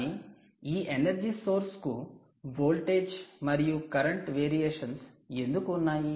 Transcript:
కానీ ఈ energy source కు వోల్టేజ్ మరియు కరెంట్ వేరియేషన్స్ ఎందుకు ఉన్నాయి